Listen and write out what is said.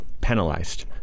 penalized